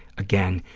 again,